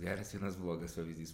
geras vienas blogas pavyzdys